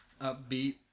upbeat